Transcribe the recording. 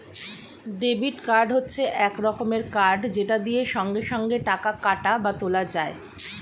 debit card হচ্ছে এক রকমের কার্ড যেটা দিয়ে সঙ্গে সঙ্গে টাকা কাটা বা তোলা যায়